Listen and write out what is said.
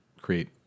create